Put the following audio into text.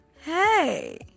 hey